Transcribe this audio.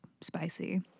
spicy